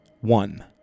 One